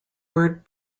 word